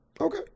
Okay